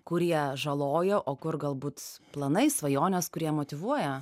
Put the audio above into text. kurie žaloja o kur galbūt planai svajonės kurie motyvuoja